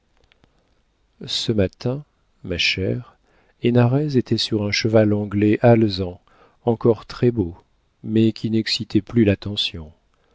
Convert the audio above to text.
ce matin ma chère hénarez était sur un cheval anglais alezan encore très beau mais qui n'excitait plus l'attention